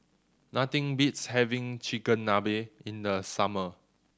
nothing beats having Chigenabe in the summer